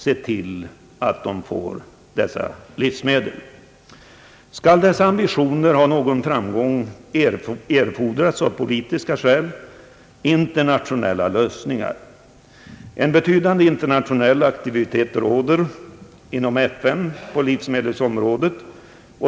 Skall dessa ambitioner ha någon framgång erfordras av politiska skäl en internationell lösning. En betydande internationell aktivitet råder också för närvarande på livsmedelsområdet.